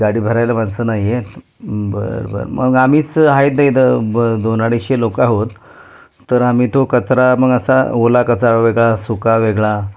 गाडी भरायला माणसं नाही आहेत बरं बरं मग आम्हीच आहेत ब दोन अडीचशे लोक आहोत तर आम्ही तो कचरा मग असा ओला कचरा वेगळा सुका वेगळा